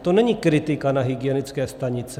To není kritika na hygienické stanice.